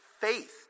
faith